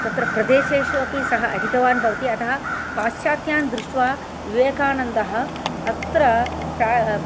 तत्र प्रदेशेषु अपि सः अटितवान् भवति अतः पाश्चात्यान् दृष्ट्वा विवेकानन्दः अत्र